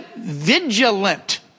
vigilant